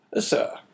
Sir